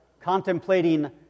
contemplating